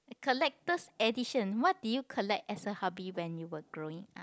collector's edition what did you collect as a hobby when you were growing up